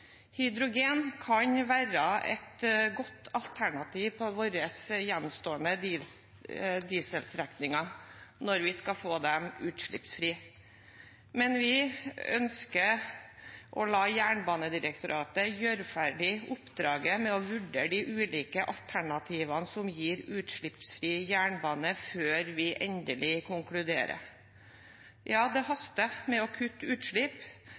Hydrogen kan være et godt alternativ på våre gjenstående dieselstrekninger når vi skal få dem utslippsfrie, men vi ønsker å la Jernbanedirektoratet gjøre ferdig oppdraget med å vurdere de ulike alternativene som gir utslippsfri jernbane, før vi endelig konkluderer. Ja, det haster med å kutte utslipp,